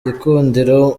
gikundiro